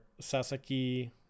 Sasaki